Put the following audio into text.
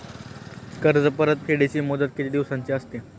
कर्ज परतफेडीची मुदत किती दिवसांची असते?